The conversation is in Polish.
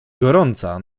gorąca